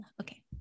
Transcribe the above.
Okay